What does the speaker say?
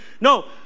No